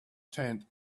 tent